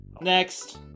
Next